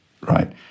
right